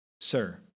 Sir